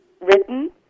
written